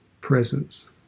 presence